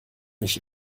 nicht